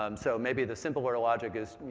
um so maybe the simpler logic is, you